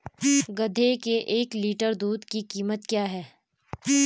गधे के एक लीटर दूध की कीमत क्या है?